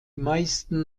meisten